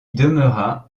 demeura